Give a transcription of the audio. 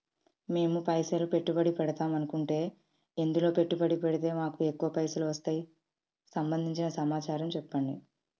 మేము పైసలు పెట్టుబడి పెడదాం అనుకుంటే ఎందులో పెట్టుబడి పెడితే మాకు ఎక్కువ పైసలు వస్తాయి సంబంధించిన సమాచారం చెప్పండి?